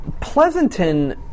Pleasanton